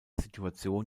situation